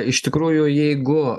iš tikrųjų jeigu